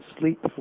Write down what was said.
sleep